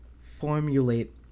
formulate